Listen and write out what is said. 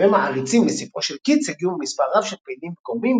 מכתבי מעריצים לספרו של קיטס הגיעו ממספר רב של פעילים וגורמים,